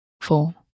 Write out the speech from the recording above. four